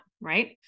right